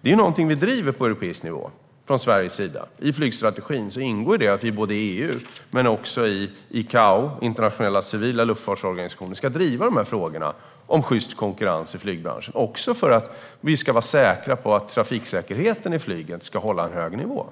Det är något vi från svensk sida driver på europeisk nivå. I flygstrategin ingår att vi både i EU och i ICAO, den internationella civila luftfartsorganisationen, ska driva de här frågorna om sjyst konkurrens i flygbranschen, också för att vara säkra på att trafiksäkerheten i flyget håller en hög nivå.